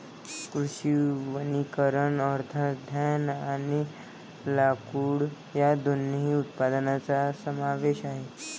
कृषी वनीकरण अन्नधान्य आणि लाकूड या दोन्ही उत्पादनांचा समावेश आहे